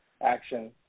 action